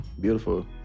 beautiful